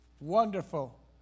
Wonderful